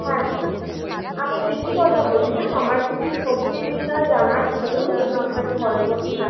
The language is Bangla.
হ্যাঁ আমি প্রীতি কথা বলছিলাম আমার কিছু সবজির বিষয়ে জানার ছিলো ওই জন্য আপনাকে কল করছিলাম